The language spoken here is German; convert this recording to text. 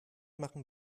machen